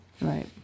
Right